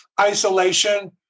isolation